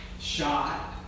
shot